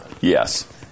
Yes